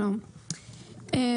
שלום,